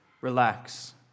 Relax